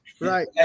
right